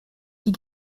die